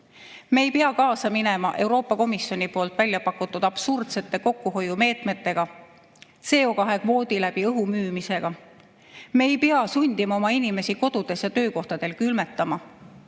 ei pea kaasa minema Euroopa Komisjoni välja pakutud absurdsete kokkuhoiumeetmetega, CO2‑kvoodi läbi õhu müümisega. Me ei pea sundima oma inimesi kodudes ja töökohtadel külmetama.